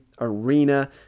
arena